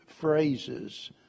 phrases